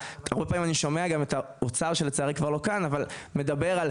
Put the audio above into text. הרבה פעמים אני שומע גם את האוצר מדבר על